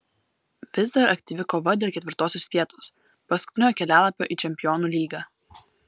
vis dar aktyvi kova dėl ketvirtosios vietos paskutinio kelialapio į čempionų lygą